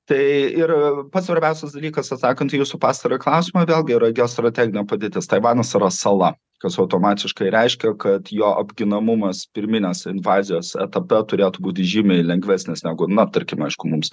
tai ir pats svarbiausias dalykas atsakant į jūsų pastarąjį klausimą vėl gi yra geostrateginė padėtis taivanas yra sala kas automatiškai reiškia kad jo apginamumas pirminės invazijos etape turėtų būti žymiai lengvesnis negu na tarkim aišku mums